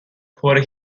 پره